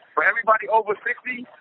for everybody over sixty,